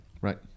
right